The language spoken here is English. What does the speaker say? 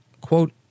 quote